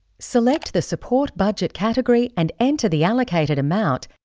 select the support budget category and enter the allocated amount.